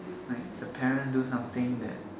like the parents do something that